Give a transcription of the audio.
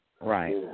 Right